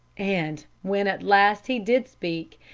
and when, at last, he did speak,